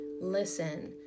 Listen